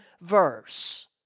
verse